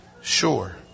sure